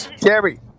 Jerry